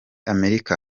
amerika